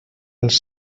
als